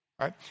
right